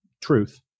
truth